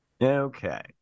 Okay